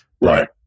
Right